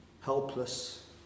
Helpless